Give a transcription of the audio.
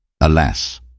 Alas